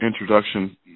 introduction